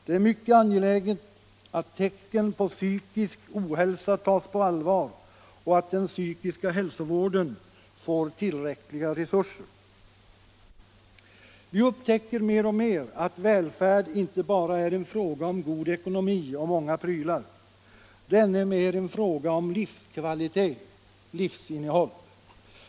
Det är mycket angeläget att tecken på psykisk ohälsa tas på allvar och att den psykiska hälsovården får tillräckliga resurser. Vi upptäcker mer och mer att välfärd inte bara är en fråga om god ekonomi och många prylar — det är ännu mer en fråga om livskvalitet, livsinnehåll.